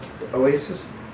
Oasis